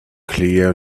clear